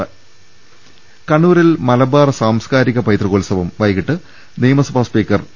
രുമ്പ്പെട്ടിര കണ്ണൂരിൽ മലബാർ സാംസ്കാരിക പൈതൃകോൽസവംവൈകീട്ട് നിയമസഭാ സ്പീക്കർ പി